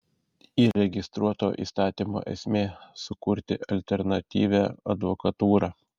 įregistruoto įstatymo esmė sukurti alternatyvią advokatūrą